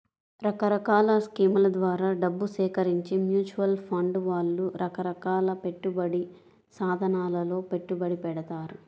రకరకాల స్కీముల ద్వారా డబ్బు సేకరించి మ్యూచువల్ ఫండ్ వాళ్ళు రకరకాల పెట్టుబడి సాధనాలలో పెట్టుబడి పెడతారు